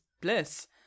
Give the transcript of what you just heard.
bliss